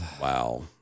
wow